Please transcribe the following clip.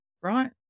Right